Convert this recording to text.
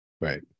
right